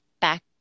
back